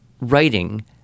writing